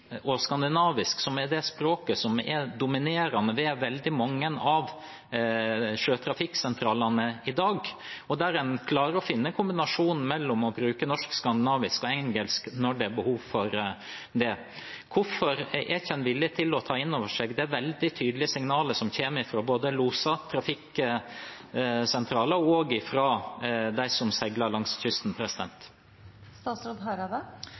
og skandinavisk som er de dominerende språkene ved veldig mange av sjøtrafikksentralene i dag, og at en klarer å finne kombinasjonen mellom å bruke norsk, skandinavisk og engelsk når det er behov for det. Hvorfor er en ikke villig til å ta inn over seg det veldig tydelige signalet som kommer fra både loser, trafikksentraler og de som seiler langs kysten?